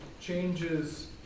changes